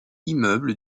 immeuble